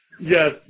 Yes